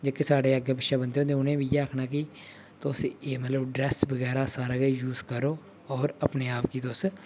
जेह्के स्हाड़े अग्गें पिच्छें बन्दे होंदे उ'नेंगी बी इ'यै आक्खना कि तुस एह् मतलब ड्रेस बगैरा सारा किश यूज करो होर अपने आप गी तुस